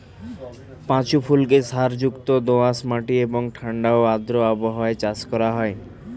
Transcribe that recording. পাঁচু ফুলকে সারযুক্ত দোআঁশ মাটি এবং ঠাণ্ডা ও আর্দ্র আবহাওয়ায় চাষ করা হয়